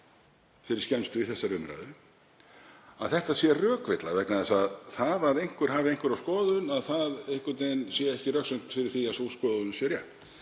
fyrir skemmstu í þessari umræðu, að þetta sé rökvilla vegna þess að það að einhver hafi einhverja skoðun sé einhvern veginn ekki röksemd fyrir því að sú skoðun sé rétt.